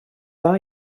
dda